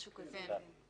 משהו כזה.